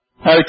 Okay